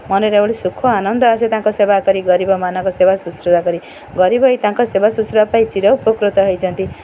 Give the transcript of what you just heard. ମନରେ ଗୋଟେ ସୁଖ ଆନନ୍ଦ ଆସେ ତାଙ୍କ ସେବା କରି ଗରିବମାନଙ୍କ ସେବା ଶୁଶ୍ରୂଷା କରି ଗରିବ ହୋଇ ତାଙ୍କ ସେବା ଶୁଶ୍ରୂଷା ପାଇଁ ଚିର ଉପକୃତ ହୋଇଛନ୍ତି